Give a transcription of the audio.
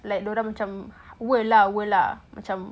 dorang macam world lah world lah macam